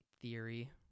theory